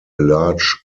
large